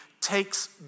takes